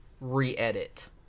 re-edit